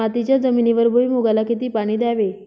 मातीच्या जमिनीवर भुईमूगाला किती पाणी द्यावे?